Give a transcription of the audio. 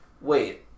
Wait